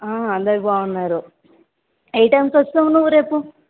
అందరు బాగున్నారు ఏ టైమ్కి వస్తావు నువ్వు రేపు